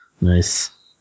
Nice